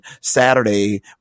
Saturday